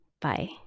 bye